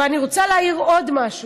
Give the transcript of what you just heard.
ואני רוצה להעיר עוד משהו: